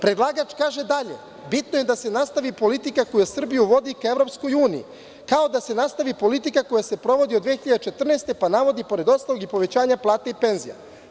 Predlagač kaže dalje – bitno je da se nastavi politika koja Srbiju vodi ka EU, kao i da se nastavi politika koja se sprovodi od 2014. godine, pa navodi, pored ostalog, i povećanje plata i penzija.